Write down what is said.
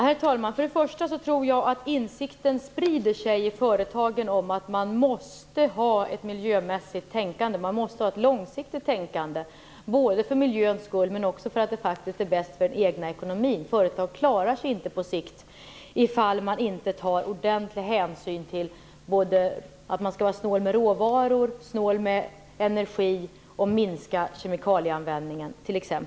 Herr talman! Först och främst tror jag att insikten sprider sig i företagen om att man måste ha ett miljömässigt, långsiktigt, tänkande både för miljöns skull och därför att det faktiskt är bäst också för den egna ekonomin. På sikt klarar sig inte företag om inte ordentlig hänsyn tas. Det gäller då att vara snål med både råvaror och energi och att t.ex. minska kemikalieanvändningen.